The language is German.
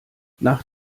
nach